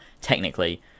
technically